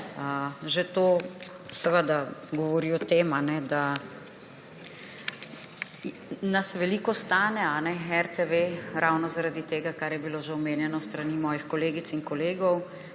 Že to seveda govori o tem, da nas veliko stane RTV ravno zaradi tega, kar je bilo že omenjeno s strani mojih kolegic in kolegov,